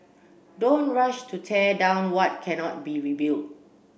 don't rush to tear down what cannot be rebuilt